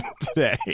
today